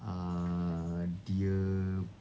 uh dia